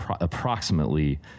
approximately